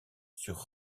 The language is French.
sur